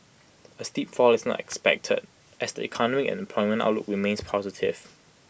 A steep fall is not expected as the economic and employment outlook remains positive